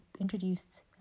introduced